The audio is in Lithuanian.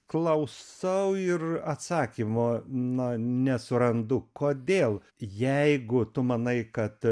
klausau ir atsakymo na nesurandu kodėl jeigu tu manai kad